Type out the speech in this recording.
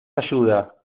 ayuda